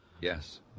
Yes